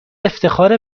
افتخار